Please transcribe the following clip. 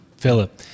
Philip